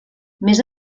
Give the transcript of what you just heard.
més